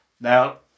Now